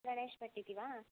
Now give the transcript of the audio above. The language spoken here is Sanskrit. गणेशभट् इति वा